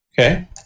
okay